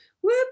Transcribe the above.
Whoop